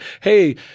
Hey